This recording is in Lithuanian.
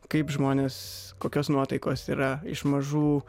kaip žmonės kokios nuotaikos yra iš mažų